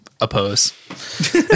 Oppose